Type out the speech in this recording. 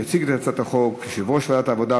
יציג את הצעת החוק יושב-ראש ועדת העבודה,